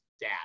dad